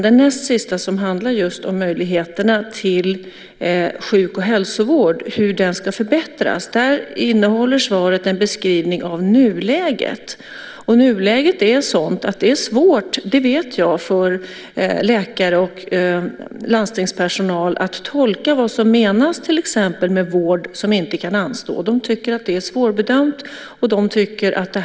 Den näst sista handlar om hur möjligheterna till hälso och sjukvård ska förbättras. Svaret innehöll en beskrivning av nuläget. Nuläget är sådant att det är svårt för läkare och landstingspersonal att tolka vad som menas med vård som inte kan anstå. De tycker att det är svårt att bedöma.